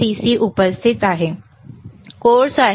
course आहे आणि एक बारीक नॉब्स आहे